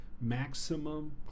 maximum